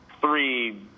three